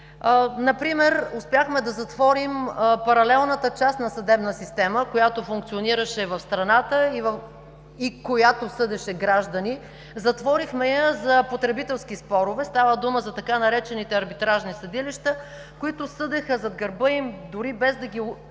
Например: успяхме да затворим паралелната частна съдебна система, която функционираше в страната и която съдеше граждани. Затворихме я за потребителски спорове – става дума за така наречените „арбитражни съдилища“, които съдеха зад гърба им, дори без да ги